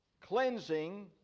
cleansing